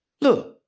Look